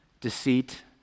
deceit